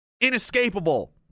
Inescapable